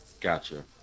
Gotcha